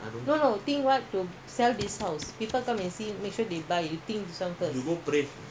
அப்புறம்ஏன்னா:apuram yeenna cash daily கட்டிடுவேன்அந்தவீட்டுக்குஆளுவந்து:kattiduven antha veetukku aalu vandhu loanகு வட்டிகொடுக்கறதுக்கு:vatti kodukkarathuku